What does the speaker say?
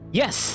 yes